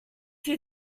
you